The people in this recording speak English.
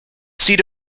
seat